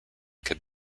could